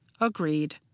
Agreed